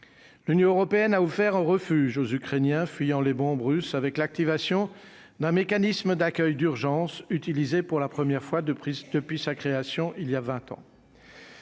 l'Union européenne a offert un refuge aux Ukrainiens fuyant les bombes russes avec l'activation d'un mécanisme d'accueil d'urgence utilisé pour la première fois de prises depuis sa création il y a 20 ans.